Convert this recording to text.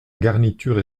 garniture